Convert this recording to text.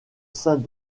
saint